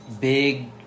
big